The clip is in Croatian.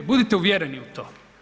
Budite uvjereni u to.